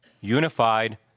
unified